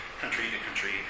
country-to-country